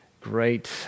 great